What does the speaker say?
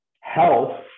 health